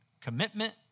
commitment